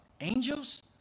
angels